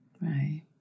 Right